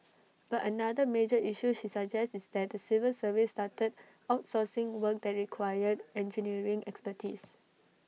but another major issue she suggests is that the civil service started outsourcing work that required engineering expertise